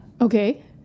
Okay